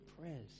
prayers